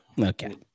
Okay